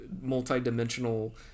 multi-dimensional